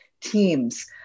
teams